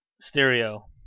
Stereo